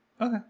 okay